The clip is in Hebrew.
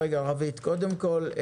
קודם כול,